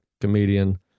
comedian